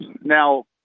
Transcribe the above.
Now